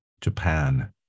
Japan